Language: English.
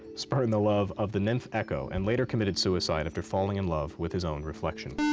spurned the love of the nymph echo and later committed suicide after falling in love with his own reflection?